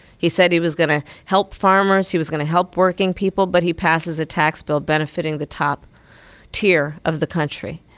he said he was going to help farmers. he was going to help working people, but he passes a tax bill benefiting the top tier of the country.